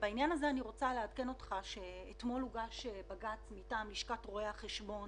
בעניין הזה אני רוצה לעדכן אותך שאתמול הוגש בג"ץ מטעם רואי החשבון